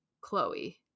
Chloe